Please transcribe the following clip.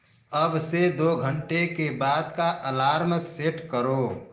अब से दो घंटे के बाद का अलार्म सेट करो